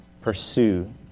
pursue